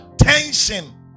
attention